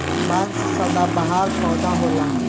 बांस सदाबहार पौधा होला